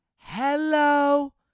Hello